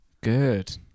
Good